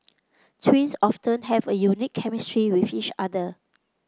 twins often have a unique chemistry with each other